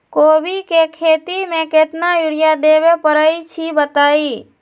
कोबी के खेती मे केतना यूरिया देबे परईछी बताई?